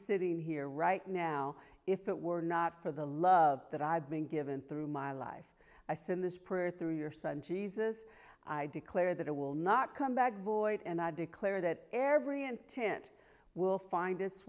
sitting here right now if it were not for the love that i've been given through my life i send this through your son jesus i declare that i will not come back void and i declare that every intent will find